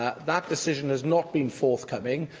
ah that decision has not been forthcoming.